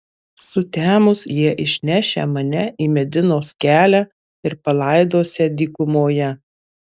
sutemus jie išnešią mane į medinos kelią ir palaidosią dykumoje